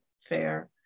fair